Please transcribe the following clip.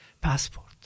passport